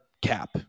Cap